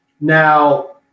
Now